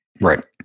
Right